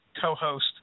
co-host